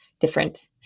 different